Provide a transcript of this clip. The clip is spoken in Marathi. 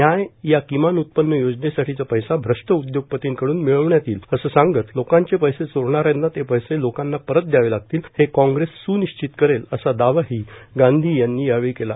न्याय या किमान उत्पन्न योजनेसाठीचा पैसा भ्रष्ट उद्घोगपर्तीकडून मिळवण्यात येईल असं सांगत लोकांचे पैसे चोरणाऱ्यांना ते पैसे लोकांना परत दद्यावे लागतील हे काँग्रेस सुनिश्चित करेल असा दावाही गांधी यांनी यावेळी केला